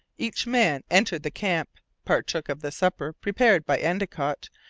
each man entered the camp, partook of the supper prepared by endicott,